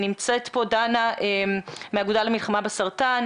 נמצאת כאן דנה פרוסט מהאגודה למלחמה בסרטן.